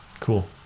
Cool